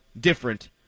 different